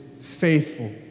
faithful